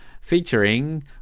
Featuring